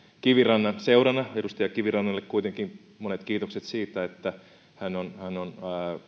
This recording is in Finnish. kivirannan seurana edustaja kivirannalle kuitenkin monet kiitokset siitä että hän on on